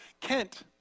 Kent